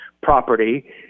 property